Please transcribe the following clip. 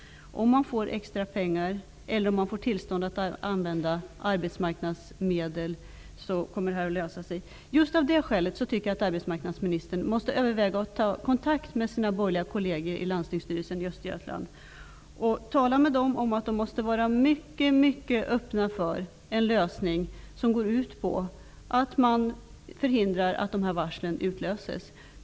Om man får extra pengar eller om man får tillstånd att använda arbetsmarknadsmedel, kommer det att ordna sig, är vad man har givit intryck av. Just av det skälet tycker jag att arbetsmarknadsministern måste överväga att ta kontakt med sina borgerliga kolleger i landstingsstyrelsen i Östergötland och tala med dem om att de måste vara mycket mycket öppna för en lösning som går ut på att förhindra att varslen utlöses.